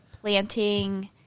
planting